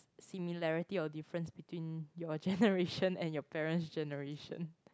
similarity or difference between your generation and your parents' generation